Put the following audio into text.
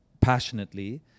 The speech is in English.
passionately